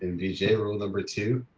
vijay rule number two.